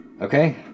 Okay